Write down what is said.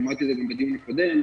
אמרתי את זה גם בדיון הקודם,